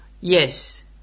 Yes